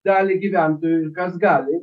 dalį gyventojų ir kas gali